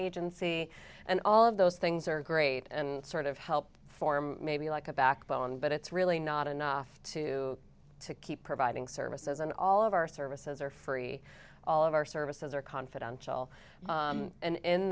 agency and all of those things are great and sort of help form maybe like a backbone but it's really not enough to to keep providing services and all of our services are free all of our services are confidential and in